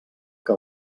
que